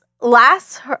last